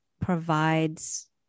provides